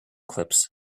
clips